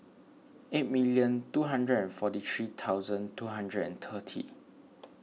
eight million two hundred and forty three thousand two hundred and thirty